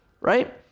right